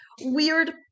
weird